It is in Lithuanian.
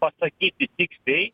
pasakyti tiksliai